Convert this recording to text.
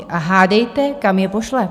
A hádejte, kam je pošle?